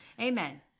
Amen